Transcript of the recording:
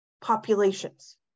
populations